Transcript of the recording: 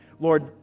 Lord